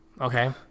Okay